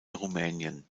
rumänien